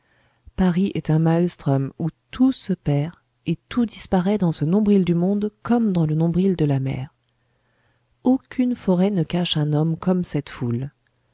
paris est un maelstrm où tout se perd et tout disparaît dans ce nombril du monde comme dans le nombril de la mer aucune forêt ne cache un homme comme cette foule